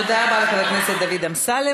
תודה רבה לחבר הכנסת דוד אמסלם.